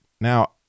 Now